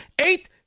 Eight